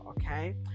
okay